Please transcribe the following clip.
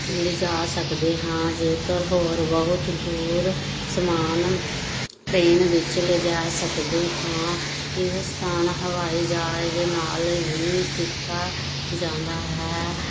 ਲਿਜਾ ਸਕਦੇ ਹਾਂ ਜੇਕਰ ਹੋਰ ਬਹੁਤ ਦੂਰ ਸਮਾਨ ਟਰੇਨ ਵਿੱਚ ਲਿਜਾ ਸਕਦੇ ਹਾਂ ਇਹ ਸਾਧਨ ਹਵਾਈ ਜਹਾਜ਼ ਨਾਲ ਵੀ ਕੀਤਾ ਜਾਂਦਾ ਹੈ